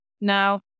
Now